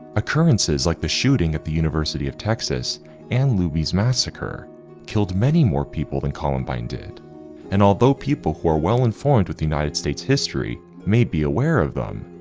occurrences like the shooting at the university of texas and luby's massacre killed many more people than columbine did and although people who are well informed with the united states history may be aware of them.